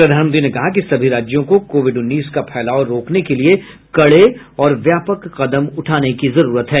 प्रधानमंत्री ने कहा कि सभी राज्यों को कोविड उन्नीस का फैलाव रोकने के लिए कड़े और व्यापक कदम उठाने की जरूरत है